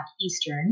Eastern